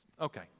Okay